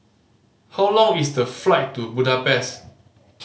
how long is the flight to Budapest